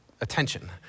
attention